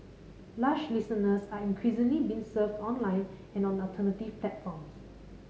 lush listeners are increasingly being served online and on alternative platforms